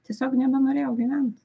tiesiog nebenorėjau gyvent